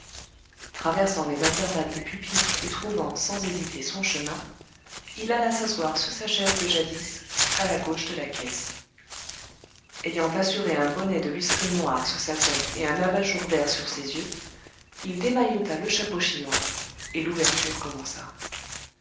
traversant les intervalles des pupitres et trouvant sans hésiter son chemin il alla s'asseoir sur sa chaise de jadis à la gauche de la caisse ayant assuré un bonnet de lustrine noire sur sa tête et un abat-jour vert sur ses yeux il démaillota le chapeau chinois et l'ouverture commença